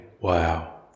Wow